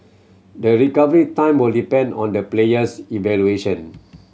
the recovery time will depend on the player's evolution